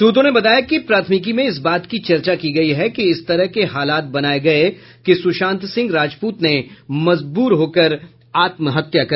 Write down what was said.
सूत्रों ने बताया कि प्राथमिकी में इस बात की चर्चा की गयी है कि इस तरह के हालात बनाये गये कि सुशांत सिंह राजपूत ने मजबूर होकर आत्महत्या की